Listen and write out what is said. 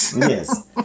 Yes